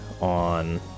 on